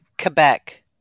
Quebec